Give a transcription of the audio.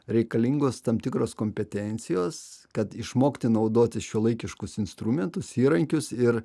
reikalingos tam tikros kompetencijos kad išmokti naudoti šiuolaikiškus instrumentus įrankius ir